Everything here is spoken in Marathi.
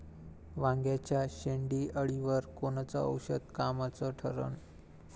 वांग्याच्या शेंडेअळीवर कोनचं औषध कामाचं ठरन?